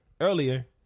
earlier